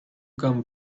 can